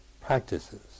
practices